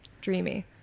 dreamy